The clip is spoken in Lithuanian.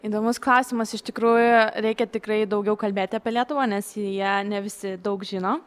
įdomus klausimas iš tikrųjų reikia tikrai daugiau kalbėti apie lietuvą nes į ją ne visi daug žino